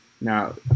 now